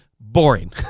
boring